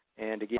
and, again,